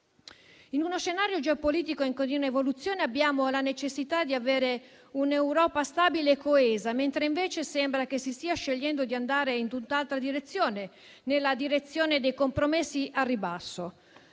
In uno scenario geopolitico in continua evoluzione, abbiamo la necessità di un'Europa stabile e coesa, mentre sembra che si stia scegliendo di andare in tutt'altra direzione, ovvero in quella dei compromessi al ribasso.